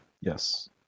Yes